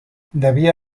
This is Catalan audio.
devia